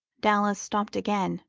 dallas stopped again,